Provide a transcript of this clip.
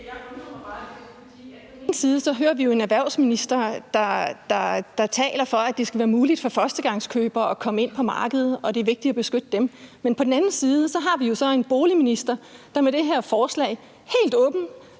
på den ene side hører vi en erhvervsminister, der taler for, at det skal være muligt for førstegangskøbere at komme ind på markedet, og at det er vigtigt at beskytte dem. Men på den anden side har vi så en boligminister, der med det her forslag helt åbent